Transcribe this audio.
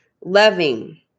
loving